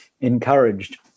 encouraged